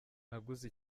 naguze